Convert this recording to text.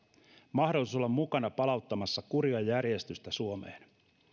mahdollisuus olla mukana palauttamassa kuria ja järjestystä suomeen